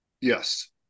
Yes